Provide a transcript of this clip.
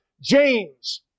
James